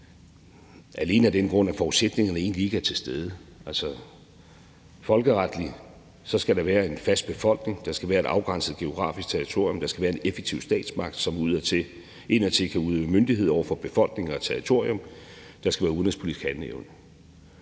alene af den grund, at forudsætningerne egentlig ikke er til stede. Altså, folkeretligt skal der være en fast befolkning, der skal være et afgrænset geografisk territorium, der skal være en effektiv statsmagt, som indadtil kan udøve myndighed over for befolkning og territorium, og der skal være udenrigspolitisk handleevne.